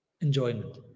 enjoyment